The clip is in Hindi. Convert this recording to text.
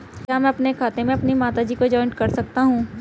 क्या मैं अपने खाते में अपनी माता जी को जॉइंट कर सकता हूँ?